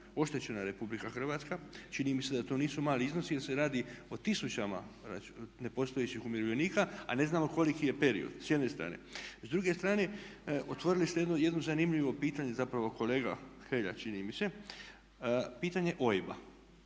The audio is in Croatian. oštećena Republika Hrvatska. Čini mi se da to nisu mali iznosi jer se radi o tisućama nepostojećih umirovljenika, a ne znamo koliki je period s jedne strane. S druge strane, otvorili ste jedno zanimljivo pitanje, zapravo kolega Hrelja čini mi se pitanje OIB-a.